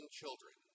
children